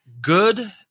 good